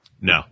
No